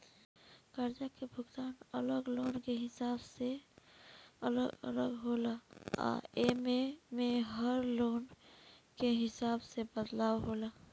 कर्जा के भुगतान अलग लोन के हिसाब से अलग अलग होला आ एमे में हर लोन के हिसाब से बदलाव होला